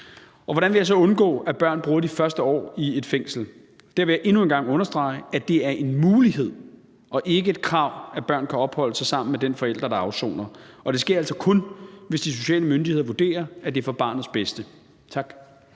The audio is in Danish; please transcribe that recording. Hvordan vil jeg så undgå, at børn bruger de første år i et fængsel? Der vil jeg endnu en gang understrege, at det er en mulighed og ikke et krav, at børn kan opholde sig sammen med den forælder, der afsoner, og det sker altså kun, hvis de sociale myndigheder vurderer, at det er til barnets bedste. Tak.